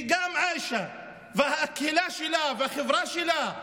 וגם עאישה והקהילה שלה והחברה שלה,